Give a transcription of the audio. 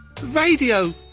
radio